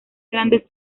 grandes